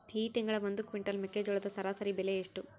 ಈ ತಿಂಗಳ ಒಂದು ಕ್ವಿಂಟಾಲ್ ಮೆಕ್ಕೆಜೋಳದ ಸರಾಸರಿ ಬೆಲೆ ಎಷ್ಟು?